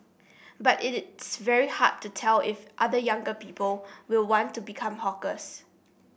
but it is very hard to tell if other younger people will want to become hawkers